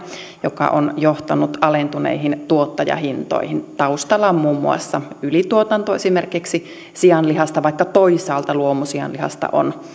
joka on johtanut alentuneisiin tuottajahintoihin taustalla on muun muassa ylituotantoa esimerkiksi sianlihasta vaikka toisaalta luomusianlihasta on